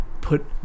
Put